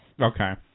Okay